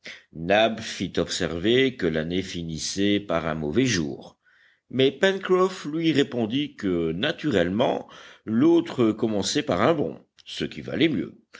fit observer que l'année finissait par un mauvais jour mais pencroff lui répondit que naturellement l'autre commençait par un bon ce qui valait mieux